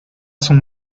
son